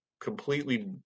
completely